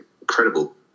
incredible